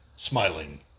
Smiling